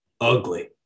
ugly